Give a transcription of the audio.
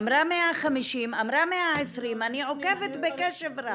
אמרה 150, אמרה 120, אני עוקבת בקשב רב.